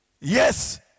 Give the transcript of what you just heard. Yes